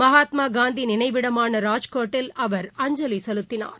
மகாத்மாகாந்திநினைவிடமான ராஜ்காட்டில் அவர் அஞ்சலிசெலுத்தினார்